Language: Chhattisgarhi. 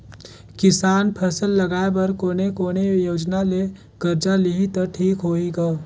किसान फसल लगाय बर कोने कोने योजना ले कर्जा लिही त ठीक होही ग?